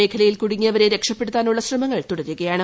മേഖലയിൽ കുടുങ്ങിയവരെ രക്ഷപ്പെടുത്താനുള്ള ശ്രമങ്ങൾ തുടരുകയാണ്